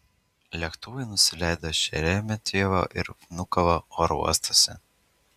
lėktuvai nusileido šeremetjevo ir vnukovo oro uostuose